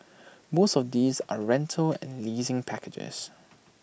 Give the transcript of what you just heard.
most of these are rental and leasing packages